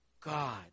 God